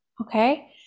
okay